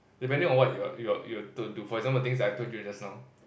depending on what you you you are to do for example the things that I told you just now